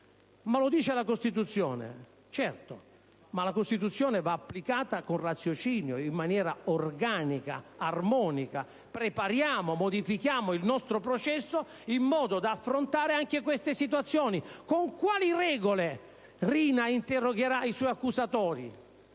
lo recita la Costituzione: certo, ma la Costituzione va applicata con raziocinio, in maniera organica, armonica. Prepariamo, modifichiamo il nostro processo in modo da affrontare anche queste situazioni: con quali regole Riina interrogherà i suoi accusatori?